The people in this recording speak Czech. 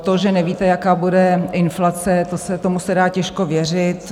To, že nevíte, jaká bude inflace, tomu se dá těžko věřit.